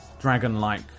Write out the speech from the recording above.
dragon-like